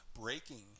breaking